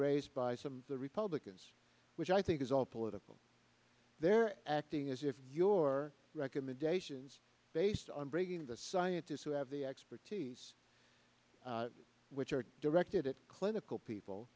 raised by some the republicans which i think is all political they're acting as if your recommendations based on breaking the scientists who have the expertise which are directed at clinical people